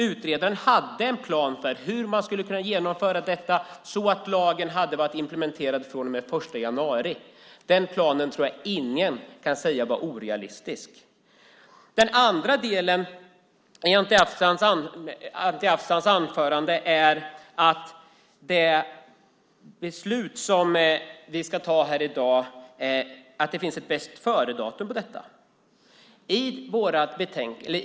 Utredaren hade en plan för hur detta hade kunnat genomföras så att lagen varit implementerad från och med den 1 januari. Jag tror inte att någon kan säga att den planen var orealistisk. För det andra menar Anti Avsan att det finns ett bästföredatum för det beslut vi ska fatta i dag.